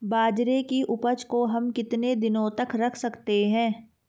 बाजरे की उपज को हम कितने दिनों तक रख सकते हैं?